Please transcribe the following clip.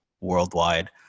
worldwide